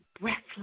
breathless